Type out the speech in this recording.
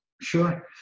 Sure